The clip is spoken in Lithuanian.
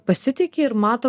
pasitiki ir mato